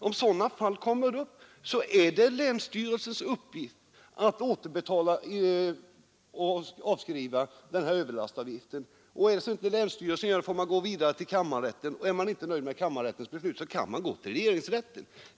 Om sådana fall kommer upp, är det länsstyrelsens uppgift att återbetala och avskriva överlastavgiften. Gör inte länsstyrelsen det, kan man gå vidare till kammarrätten, och är man inte nöjd med kammarrättens beslut kan man gå upp till regeringsrätten.